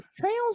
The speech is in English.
trails